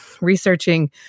Researching